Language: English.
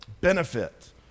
benefit